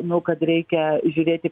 nu kad reikia žiūrėti